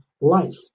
life